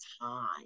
time